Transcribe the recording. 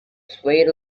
swayed